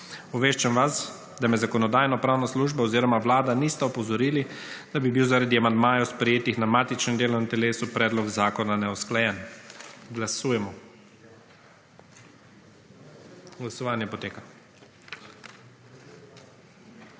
Obveščam vas, da me Zakonodajno-pravna služba oziroma vlada nista opozorili, da bi bil zaradi amandmajev, sprejetih na matičnem delovnem telesu, predlog zakona neusklajen. Glasujemo. Navzočih